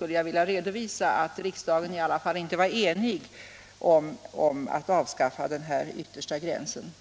har jag velat redovisa att riksdagen i alla fall inte varit enig om att flytta fram den yttersta gränsen.